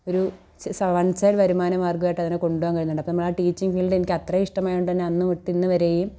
ഒരു സ സ വൺ സൈഡ് വരുമാനമാർഗ്ഗയിട്ടതിനെ കൊണ്ടുപോകാൻ കഴിയുന്നുണ്ട് അപ്പോൾ നമ്മുടെ ടീച്ചിങ് ഫീൽഡ് എനിക്ക് അത്രെയും ഇഷ്ടമായൊണ്ടെന്നെ അന്ന് തൊട്ട് ഇന്ന് വരെയും